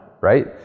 right